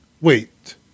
Wait